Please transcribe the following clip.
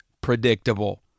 predictable